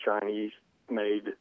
Chinese-made